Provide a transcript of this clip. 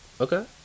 Okay